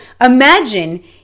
imagine